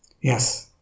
Yes